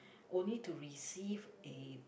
only to receive a